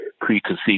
preconceived